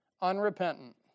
Unrepentant